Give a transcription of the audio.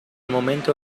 momento